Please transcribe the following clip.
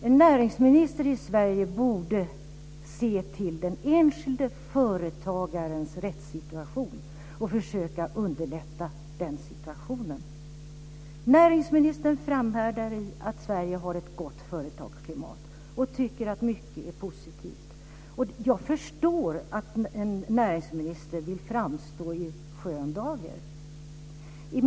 En näringsminister i Sverige borde se till den enskilde företagarens rättssituation och försöka underlätta för denne. Näringsministern framhärdar i att Sverige har ett gott företagsklimat och tycker att mycket är positivt. Jag förstår att en näringsminister vill framstå i skön dager.